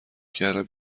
کردم